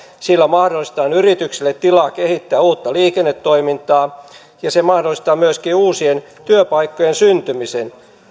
sillä mahdollistetaan yrityksille tilaa kehittää uutta liikennetoimintaa ja se mahdollistaa myöskin uusien työpaikkojen syntymisen